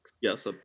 Yes